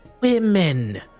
Women